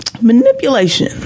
manipulation